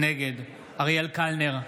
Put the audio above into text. נגד אריאל קלנר,